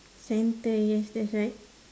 centre yes yes that's right